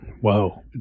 Whoa